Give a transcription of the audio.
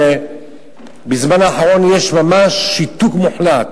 בזמן האחרון יש ממש שיתוק מוחלט,